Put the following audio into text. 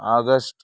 August